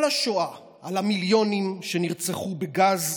כל השואה על המיליונים שנרצחו בגז,